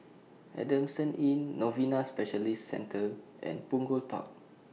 Adamson Inn Novena Specialist Centre and Punggol Park